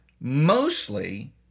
mostly